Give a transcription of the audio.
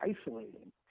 isolating